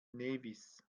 nevis